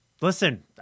listen